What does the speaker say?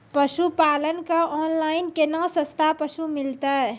पशुपालक कऽ ऑनलाइन केना सस्ता पसु मिलतै?